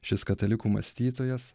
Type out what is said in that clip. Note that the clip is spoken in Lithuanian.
šis katalikų mąstytojas